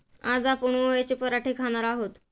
आज आपण ओव्याचे पराठे खाणार आहोत